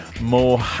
More